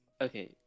Okay